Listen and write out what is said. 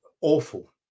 awful